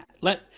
Let